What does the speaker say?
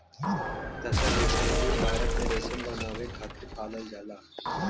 तसर रेशमकीट भारत में रेशम बनावे खातिर पालल जाला